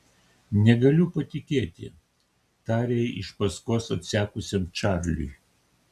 negaliu patikėti tarė iš paskos atsekusiam čarliui